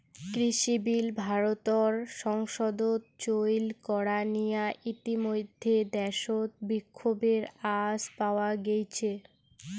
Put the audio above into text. কৃষিবিল ভারতর সংসদত চৈল করা নিয়া ইতিমইধ্যে দ্যাশত বিক্ষোভের আঁচ পাওয়া গেইছে